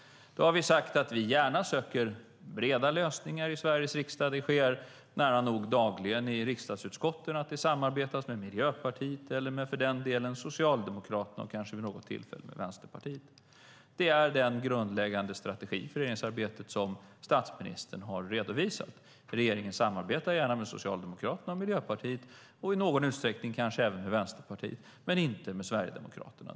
Vi har sagt att vi gärna söker breda lösningar i Sveriges riksdag. Det sker nära nog dagligen i riksdagsutskotten att det samarbetas med Miljöpartiet, med Socialdemokraterna och kanske vid något tillfälle med Vänsterpartiet. Det är den grundläggande strategi för regeringsarbetet som statsministern har redovisat. Regeringen samarbetar gärna med Socialdemokraterna och Miljöpartiet och i någon utsträckning kanske även med Vänsterpartiet men inte med Sverigedemokraterna.